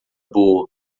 boa